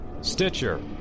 Stitcher